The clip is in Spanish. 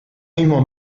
mismo